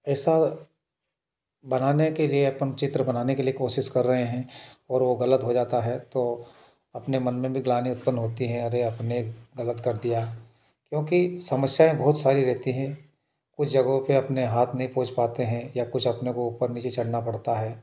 ऐसा बनाने के लिए अपन चित्र बनाने के लिए कोशिश कर रहे हैं और वो गलत हो जाता है तो अपने मन में भी ग्लानी उत्पन्न होती है अरे अपने गलत कर दिया क्योंकि समस्याएँ बहुत सारी रहती हैं कुछ जगहों पे अपने हाथ नहीं पोछ पाते हैं या कुछ अपने को ऊपर नीचे चढ़ना पड़ता है